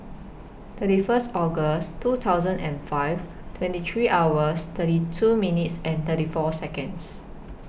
thirty First August two thousand and five twenty three hours thirty two minutes and thirty four Seconds